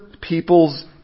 people's